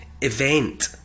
event